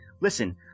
listen